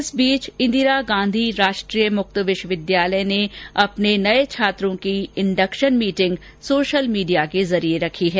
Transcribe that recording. इस बीच इंदिरा गांधी राष्ट्रीय मुक्त विश्वविद्यालय ने अपने नये छात्रों की इंडक्शन मीटिंग सोशल मीडिया के जरिये रखी है